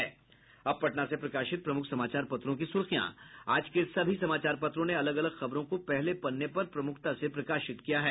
अब पटना से प्रकाशित प्रमुख समाचार पत्रों की सुर्खियां आज के सभी समाचार पत्रों ने अलग अलग खबरों को पहले पन्ने पर प्रमुखता से प्रकाशित किया है